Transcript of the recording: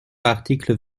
l’article